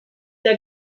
der